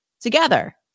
together